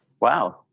Wow